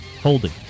holding